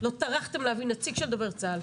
לא טרחתם להביא נציג של דובר צה"ל.